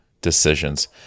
decisions